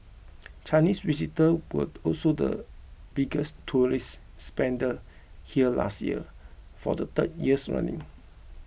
Chinese visitors were also the biggest tourist spenders here last year for the third years running